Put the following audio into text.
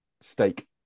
Steak